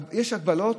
יש הגבלות.